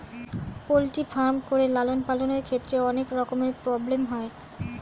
poultry farm করে লালন পালনের ক্ষেত্রে অনেক রকমের প্রব্লেম হয়